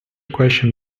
question